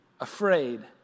afraid